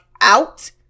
out